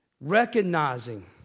recognizing